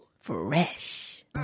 fresh